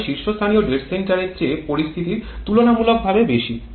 তবে শীর্ষস্থানীয় ডেড সেন্টারের চেয়ে পরিস্থিতির তুলনামূলকভাবে বেশি